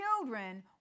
children